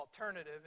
alternative